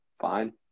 fine